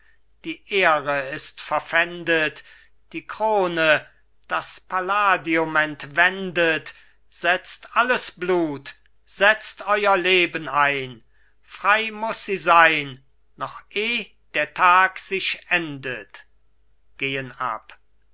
die ehre ist verpfändet die krone das palladium entwendet setzt alles blut setzt euer leben ein frei muß sie sein noch eh der tag sich endet gehen ab